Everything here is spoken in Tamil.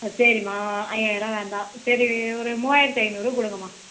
ஆ சரிம்மா ஐயாயிரம் வேண்டா சரி ஒரு மூவாயிரத்து ஐநூறு கொடுங்கம்மா